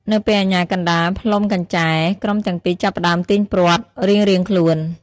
នៅពេលអាជ្ញាកណ្ដាលផ្លុំកញ្ចែ ក្រុមទាំងពីរចាប់ផ្ដើមទាញព្រ័ត្ររៀងៗខ្លួន។